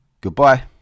Goodbye